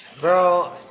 Bro